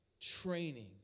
training